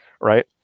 right